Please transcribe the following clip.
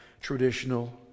traditional